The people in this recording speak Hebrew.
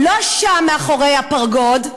לא שם מאחורי הפרגוד,